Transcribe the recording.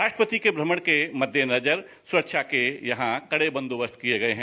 राष्ट्रपति के भ्रमण के मद्देनजर यहां सुरक्षा के कड़े बंदोबस्त किए गए हैं